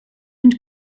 and